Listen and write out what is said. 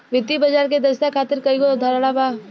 वित्तीय बाजार के दक्षता खातिर कईगो अवधारणा बा